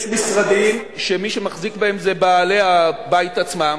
יש משרדים שמי שמחזיק בהם זה בעלי הבית עצמם,